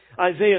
Isaiah